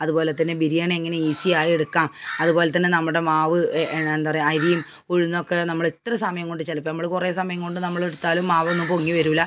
അതുപോലെ തന്നെ ബിരിയാണി എങ്ങനെ ഈസിയായെടുക്കാം അതുപോലെത്തന്നെ നമ്മുടെ മാവ് എന്താ പറയുക അരി ഉഴുന്നൊക്കെ നമ്മൾ എത്ര സമയം കൊണ്ട് ചിലപ്പോൾ നമ്മൾ കുറേ സമയം കൊണ്ട് നമ്മൾ എടുത്താലും മാവ് പൊങ്ങി വരില്ല